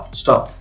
stop